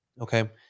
Okay